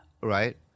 Right